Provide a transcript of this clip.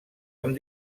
amb